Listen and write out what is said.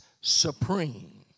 supreme